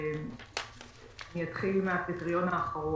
אתחיל מהקריטריון האחרון.